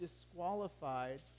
disqualified